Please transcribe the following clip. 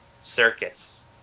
Circus